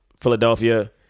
Philadelphia